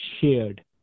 shared